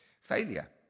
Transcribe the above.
failure